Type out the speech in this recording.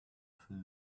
feel